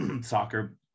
soccer